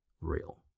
real